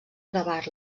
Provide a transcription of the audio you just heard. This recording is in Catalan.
gravar